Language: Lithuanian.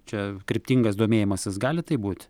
čia kryptingas domėjimasis gali taip būt